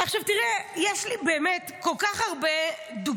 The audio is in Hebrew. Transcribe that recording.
עכשיו תראה, יש לי, באמת, כל כך הרבה דוגמאות.